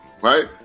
right